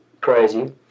crazy